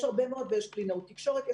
יש קלינאות תקשורת,